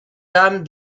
dames